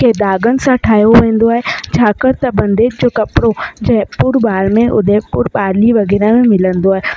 खे दाॻनि सां ठाहियो वेंदो आहे छाकाणि त बंदेज जो कपिड़ो जयपुर भाड़मेर उदयपुर पाली वग़ैरह में मिलंदो आहे